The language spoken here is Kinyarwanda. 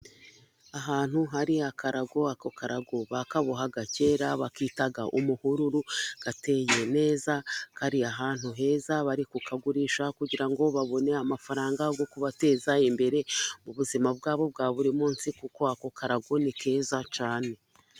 Ahantu hari akarago, ako karago bakabohaga kera bakita umuhururu. Gateye neza, kari ahantu heza, bari kukagurisha kugira ngo babone amafaranga yo kubateza imbere ubuzima bwabo bwa buri munsi, kuko ako karago ni keza cyane.